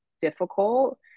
difficult